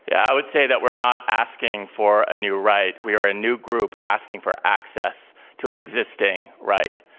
yeah i would say that we're not asking for a new right. we are a new group asking for access to an existing right.